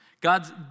God's